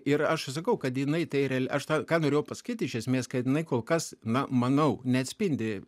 ir aš ir sakau kad jinai tai real aš tai ką norėjau pasakyti iš esmės kad jinai kol kas na manau neatspindi